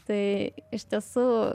tai iš tiesų